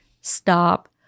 stop